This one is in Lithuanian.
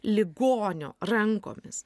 ligonio rankomis